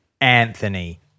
Anthony